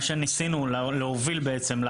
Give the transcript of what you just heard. מה שניסינו להוביל בעצם,